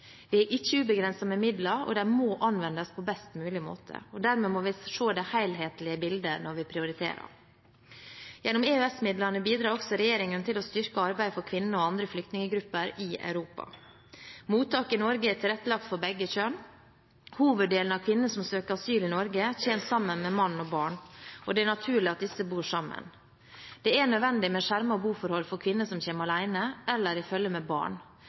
Vi har ikke ubegrenset med midler, og de må anvendes på best mulig måte. Dermed må vi se det helhetlige bildet når vi prioriterer. Gjennom EØS-midlene bidrar også regjeringen til å styrke arbeidet for kvinner og andre flyktninggrupper i Europa. Mottak i Norge er tilrettelagt for begge kjønn. Hoveddelen av kvinner som søker asyl i Norge, kommer sammen med mann og barn, og det er naturlig at disse bor sammen. Det er nødvendig med skjermede boforhold for kvinner som kommer alene eller i følge med barn.